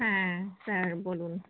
হ্যাঁ স্যার বলুন